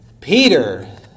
Peter